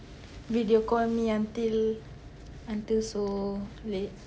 video called me until until so late